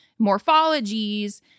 morphologies